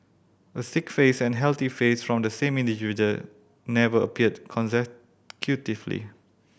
a sick face and healthy face from the same individual never appeared consecutively